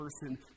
person